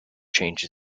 changed